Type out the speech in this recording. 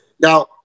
Now